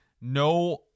no